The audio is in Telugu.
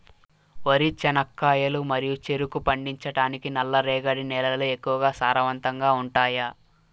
వరి, చెనక్కాయలు మరియు చెరుకు పండించటానికి నల్లరేగడి నేలలు ఎక్కువగా సారవంతంగా ఉంటాయా?